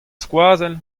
skoazell